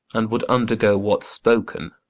and would undergo what's spoken,